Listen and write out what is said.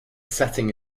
setting